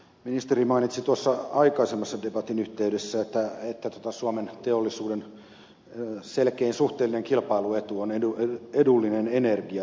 ministeri mainitsi tuossa aikaisemman debatin yhteydessä että suomen teollisuuden selkein suhteellinen kilpailuetu on edullinen energia